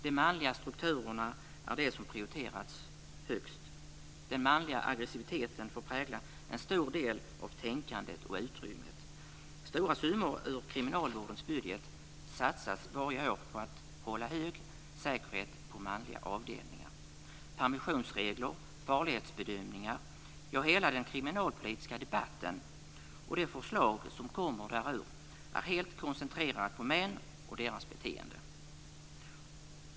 De manliga strukturerna är de som prioriterats högst. Den manliga aggressiviteten får prägla en stor del av tänkandet och utrymmet. Stora summor ur kriminalvårdens budget satsas varje år på att hålla hög säkerhet på manliga avdelningar. Permissionsregler, farlighetsbedömningar, ja hela den kriminalpolitiska debatten och de förslag som kommer därur, är helt koncentrerade på män och deras beteende.